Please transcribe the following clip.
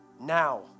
now